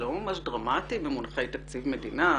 סליחה, לא ממש דרמטי במונחי תקציב מדינה.